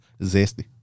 Zesty